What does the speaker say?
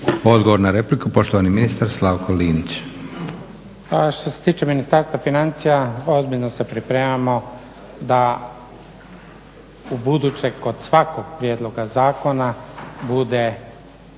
Odgovor na repliku, poštovani ministar Slavko Linić. **Linić, Slavko (SDP)** Pa što se tiče Ministarstva financija ozbiljno se pripremamo da ubuduće kod svakog prijedloga zakona bude